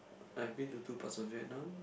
I been to two parts of Vietnam